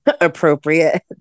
appropriate